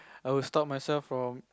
I would stop myself from